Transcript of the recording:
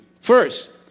First